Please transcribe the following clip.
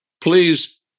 please